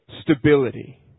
stability